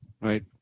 Right